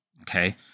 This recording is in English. Okay